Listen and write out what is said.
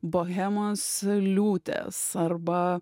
bohemos liūtės arba